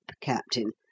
Captain